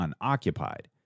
unoccupied